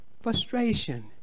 frustration